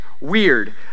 weird